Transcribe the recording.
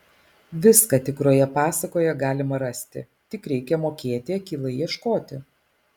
viską tikroje pasakoje galima rasti tik reikia mokėti akylai ieškoti